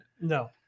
No